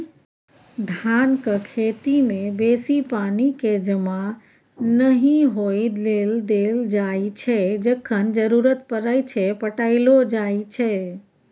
धानक खेती मे बेसी पानि केँ जमा नहि होइ लेल देल जाइ छै जखन जरुरत परय छै पटाएलो जाइ छै